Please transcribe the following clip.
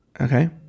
okay